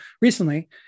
recently